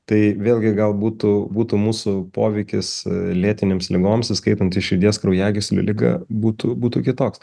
tai vėlgi gal būtų būtų mūsų poveikis lėtinėms ligoms įskaitant ir širdies kraujagyslių ligą būtų būtų kitoks